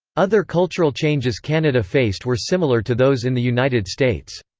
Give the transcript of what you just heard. other cultural changes canada faced were similar to those in the united states.